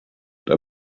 but